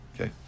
okay